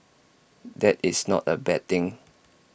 that is not A bad thing